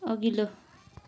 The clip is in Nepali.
अघिल्लो